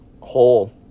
hole